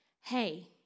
Hey